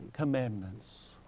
commandments